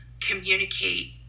communicate